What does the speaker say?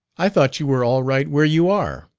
i thought you were all right where you are.